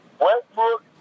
Westbrook